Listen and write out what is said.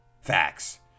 Facts